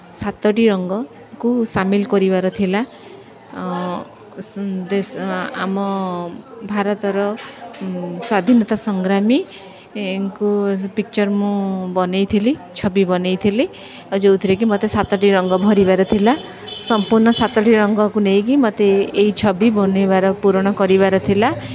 ସାତଟି ରଙ୍ଗକୁ ସାମିଲ କରିବାର ଥିଲା ଦେଶ ଆମ ଭାରତର ସ୍ଵାଧୀନତା ସଂଗ୍ରାମୀଙ୍କୁ ପିକ୍ଚର୍ ମୁଁ ବନେଇଥିଲି ଛବି ବନେଇଥିଲି ଆଉ ଯେଉଁଥିରେକି ମୋତେ ସାତଟି ରଙ୍ଗ ଭରିବାର ଥିଲା ସମ୍ପୂର୍ଣ୍ଣ ସାତଟି ରଙ୍ଗକୁ ନେଇକି ମୋତେ ଏହି ଛବି ବନେଇବାର ପୂରଣ କରିବାର ଥିଲା